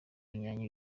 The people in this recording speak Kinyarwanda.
inyanya